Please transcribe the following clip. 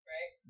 Right